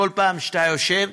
שכל פעם שאתה יושב,